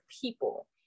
people